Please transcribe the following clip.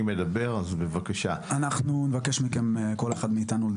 אנחנו נבקש מכם לאפשר לכול אחד מאיתנו